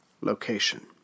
location